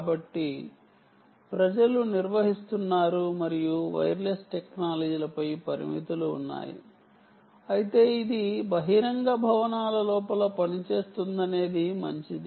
కాబట్టి ప్రజలు నిర్వహిస్తున్నారు మరియు వైర్లెస్ టెక్నాలజీలపై పరిమితులు ఉన్నాయి అయితే ఇది బహిరంగ భవనాల లోపల పనిచేస్తుందనేది మంచిది